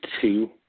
two